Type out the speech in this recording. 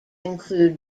include